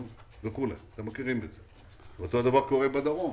אותו הדבר קורה בדרום.